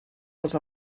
els